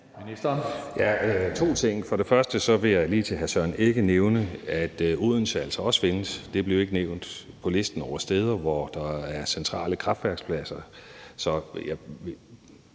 sige to ting. For det første vil jeg til hr. Søren Egge Rasmussen lige nævne, at Odense altså også findes. Det blev ikke nævnt på listen over steder, hvor der er centrale kraftværkspladser.